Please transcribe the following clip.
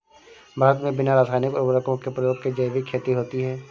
भारत मे बिना रासायनिक उर्वरको के प्रयोग के जैविक खेती होती है